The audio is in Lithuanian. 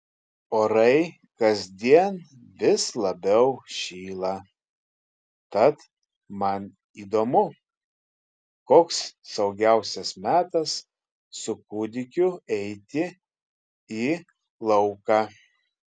orai kasdien vis labiau šyla tad man įdomu koks saugiausias metas su kūdikiu eiti į lauką